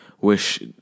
wish